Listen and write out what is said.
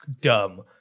dumb